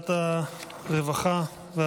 ועדת העבודה והרווחה.